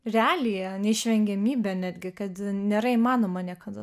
realija neišvengiamybė netgi kad nėra įmanoma niekada